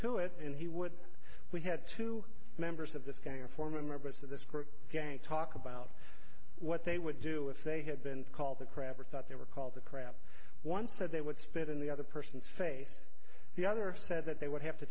to it and he would we had two members of this gang former members of this gang talk about what they would do if they had been called the crab or thought they were called the crab one said they would spit in the other person's face the other said that they would have to